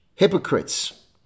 hypocrites